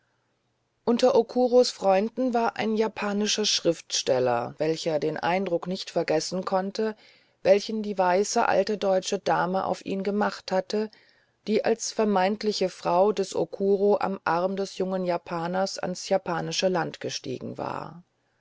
unter okuros freunden war ein japanischer schriftsteller welcher den eindruck nicht vergessen konnte welchen die weiße alte deutsche dame auf ihn gemacht hatte die als vermeintliche frau des okuro am arm des jungen japaners ans japanische land gestiegen war